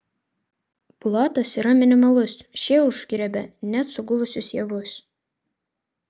plotas yra minimalus šie užgriebia net sugulusius javus